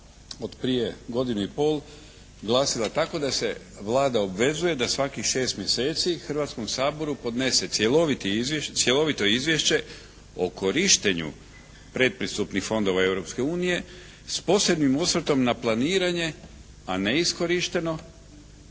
Hrvatskom saboru podnese cjelovito izvješće o korištenju predpristupnih fondova Europske unije, s posebnim osvrtom na planirane a neiskorištene